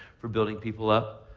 for building people up,